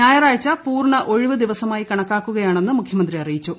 ഞായറാഴ്ച പൂർണ്ണ ഒഴിവു ദിവസമായി കണക്കാക്കുകയാണെന്ന് മുഖ്യമന്ത്രി അറിയിച്ചു